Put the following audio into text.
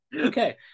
Okay